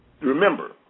remember